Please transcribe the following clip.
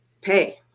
pay